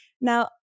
Now